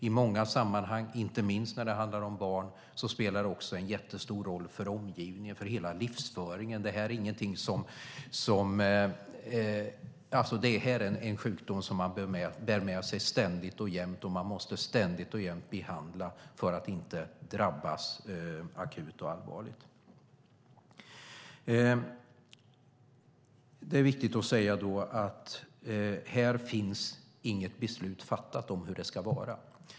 I många sammanhang, inte minst när det handlar om barn, spelar det också en jättestor roll för omgivning och för hela livsföringen. Det här är en sjukdom som man bär med sig ständigt och jämt, och man måste ständigt och jämt behandla för att inte drabbas akut och allvarligt. Det är viktigt att säga att det inte finns något beslut fattat om hur det ska vara.